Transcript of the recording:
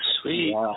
Sweet